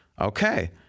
Okay